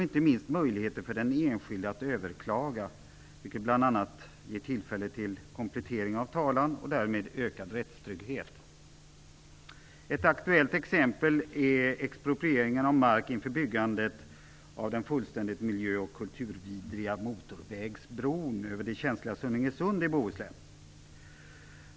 Inte minst får den enskilde möjlighet att överklaga, vilket bl.a. ger tillfälle till komplettering av talan. Därmed blir det en ökad rättstrygghet. Ett aktuellt exempel är exproprieringen av mark inför byggandet av den fullständigt miljö och kulturvidriga motorvägsbron över det känsliga Sunninge sund i Bohuslän.